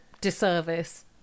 disservice